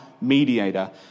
mediator